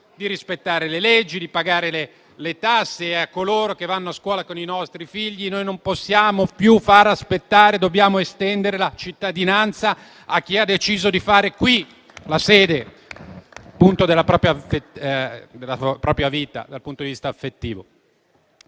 di rispettare le leggi e di pagare le tasse e a coloro che vanno a scuola con i nostri figli. Noi non li possiamo più far aspettare. Dobbiamo estendere la cittadinanza a chi ha deciso di avere qui la sede della propria della